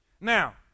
Now